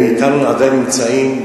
הם עדיין נמצאים אתנו,